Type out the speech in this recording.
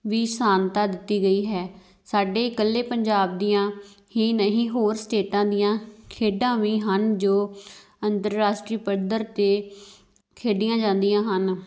ਵੀ ਮਾਨਤਾ ਦਿੱਤੀ ਗਈ ਹੈ ਸਾਡੇ ਇਕੱਲੇ ਪੰਜਾਬ ਦੀਆਂ ਹੀ ਨਹੀਂ ਹੋਰ ਸਟੇਟਾਂ ਦੀਆਂ ਖੇਡਾਂ ਵੀ ਹਨ ਜੋ ਅੰਤਰਰਾਸ਼ਟਰੀ ਪੱਧਰ 'ਤੇ ਖੇਡੀਆਂ ਜਾਂਦੀਆਂ ਹਨ